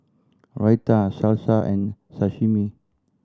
Raita Salsa and Sashimi